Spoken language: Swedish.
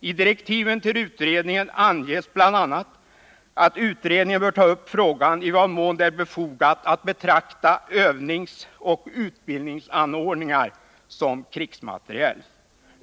I direktiven anges bl.a. att utredningen bör ta upp frågan i vad mån det är befogat att betrakta övningsoch utbildningsanordningar som krigsmateriel.